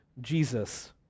Jesus